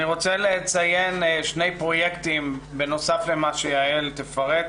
אני רוצה לציין שני פרויקטים בנוסף למה שיעל תפרט.